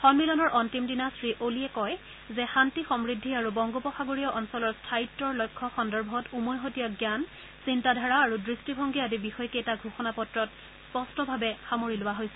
সমিলনৰ অন্তিমদিনা শ্ৰীঅলিয়ে কয় যে শান্তি সমূদ্ধি আৰু বংগোপসাগৰীয় অঞ্চলৰ স্থায়িত্বৰ লক্ষ্য সন্দৰ্ভত উমৈহতীয়া জ্ঞান চিন্তাধাৰা আৰু দৃষ্টিভংগী আদি বিষয়কেইটা ঘোষণাপত্ৰত স্পষ্টভাৱে সামৰি লোৱা হৈছে